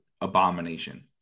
abomination